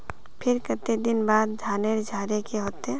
फिर केते दिन बाद धानेर झाड़े के होते?